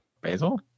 Basil